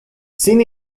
sin